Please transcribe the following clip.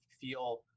feel